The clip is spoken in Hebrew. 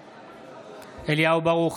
בעד אליהו ברוכי,